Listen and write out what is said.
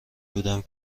بودم